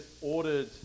ordered